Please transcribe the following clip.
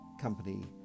company